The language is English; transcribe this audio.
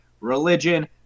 religion